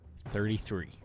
Thirty-three